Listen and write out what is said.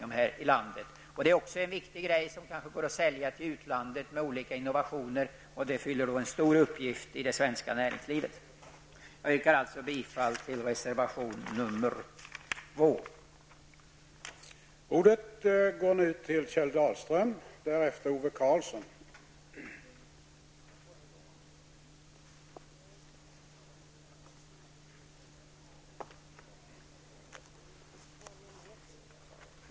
Det är fråga om ett system med olika innovationer som kanske går att sälja till utlandet, och det är därmed av stor betydelse för det svenska näringslivet. Jag yrkar bifall till reservation nr 2.